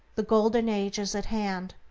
the golden age is at hand.